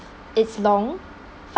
it's long f~